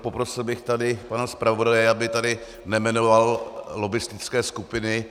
Poprosil bych pana zpravodaje, aby tady nejmenoval lobbistické skupiny.